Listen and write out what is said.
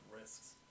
risks